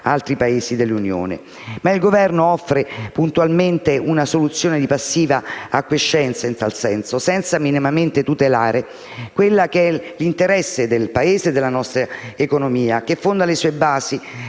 Il Governo offre puntualmente una soluzione di passiva acquiescenza in tal senso, senza minimamente tutelare l'interesse del Paese e della nostra economia, che fonda le sue basi